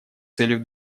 целью